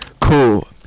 Cool